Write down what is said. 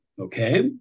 Okay